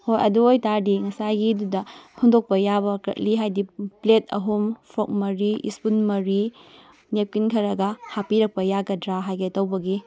ꯍꯣꯏ ꯑꯗꯨꯏ ꯑꯣꯏꯇꯥꯔꯗꯤ ꯉꯁꯥꯏꯒꯤꯗꯨꯗ ꯍꯨꯟꯗꯣꯛꯄ ꯌꯥꯕ ꯀꯔꯠꯂꯤ ꯍꯥꯏꯗꯤ ꯄ꯭ꯂꯦꯠ ꯑꯍꯨꯝ ꯐꯣꯔꯛ ꯃꯔꯤ ꯏꯁꯄꯨꯟ ꯃꯔꯤ ꯅꯦꯞꯀꯤꯟ ꯈꯔꯒ ꯍꯥꯞꯄꯤꯔꯛꯄ ꯌꯥꯒꯗ꯭ꯔꯥ ꯍꯥꯏꯒꯦ ꯇꯧꯕꯒꯤ